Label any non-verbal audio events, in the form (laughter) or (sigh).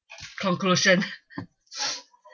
conclusion (laughs) (breath)